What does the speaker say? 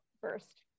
first